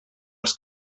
els